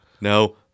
no